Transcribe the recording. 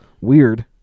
weird